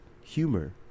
humor